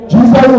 Jesus